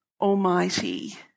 Almighty